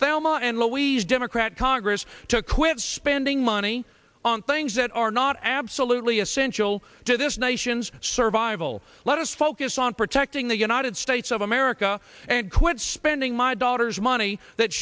family and louise democrat congress to quit spending money on things that are not absolutely essential to this nation's survival let us focus on protecting the united states of america and quit spending my daughter's money that